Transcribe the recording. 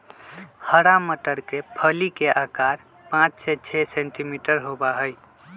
हरा मटर के फली के आकार पाँच से छे सेंटीमीटर होबा हई